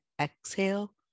Exhale